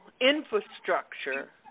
infrastructure